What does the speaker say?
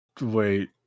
Wait